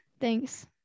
Thanks